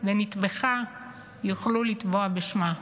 ונטבחה יוכלו לתבוע בשמה.